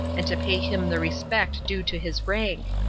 and to pay him the respect due to his rank.